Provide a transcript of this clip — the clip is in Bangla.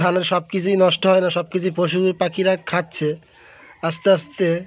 ধানের সব কিছুই নষ্ট হয় না সব কিছুই পশু পাখিরা খাচ্ছে আস্তে আস্তে